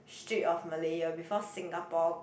Strait of Malaya before Singapore